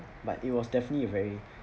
but it was definitely a very